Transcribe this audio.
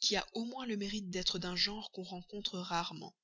qui a au moins le mérite d'être d'un genre qu'on rencontre rarement